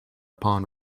upon